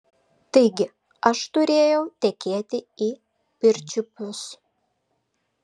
taigi aš turėjau tekėti į pirčiupius